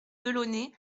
delaunay